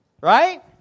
Right